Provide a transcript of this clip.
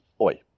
Oi